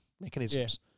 mechanisms